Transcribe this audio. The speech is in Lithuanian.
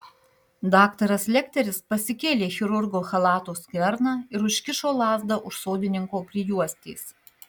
daktaras lekteris pasikėlė chirurgo chalato skverną ir užkišo lazdą už sodininko prijuostės